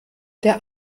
der